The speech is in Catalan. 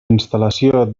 instal·lació